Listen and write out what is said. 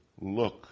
look